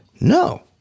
No